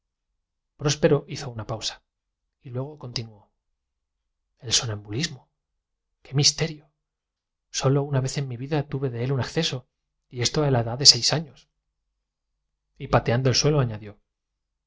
próspero hizo una pausa y luego continuó el sonambulismo qué su compañero do usted el posadero o la posadera esta mañana puer misterio sólo una vez en mi vida tmm de él un acceso y esto a la tas y ventanas estaban cerradas al escuchar tal observación me he edad de seis años y pateando el suelo añadió